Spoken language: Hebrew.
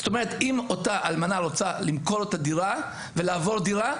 אם אותה אלמנה רוצה למכור את הדירה ולעבור דירה,